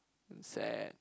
and sad